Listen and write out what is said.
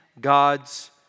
God's